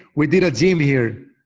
we did a gym here.